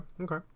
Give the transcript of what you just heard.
okay